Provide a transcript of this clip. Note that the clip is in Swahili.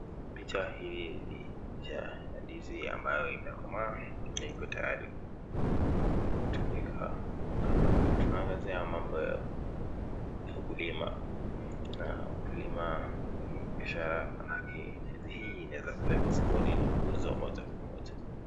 Picha hii ni ndizi ambayo imekomaa ambayo iko tayari kutumika na tunaangazia mambo ya ukulima na ukulima ni biashara maana yake ndizi hii inaweza pelekwa sokoni na kuuzwa moja kwa moja.